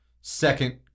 second